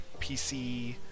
PC